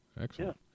Excellent